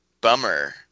bummer